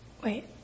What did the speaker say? Wait